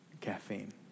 caffeine